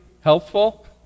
helpful